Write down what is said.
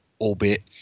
Albeit